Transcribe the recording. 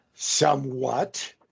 somewhat